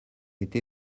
été